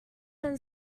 and